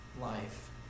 life